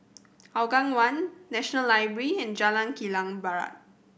Hougang One National Library and Jalan Kilang Barat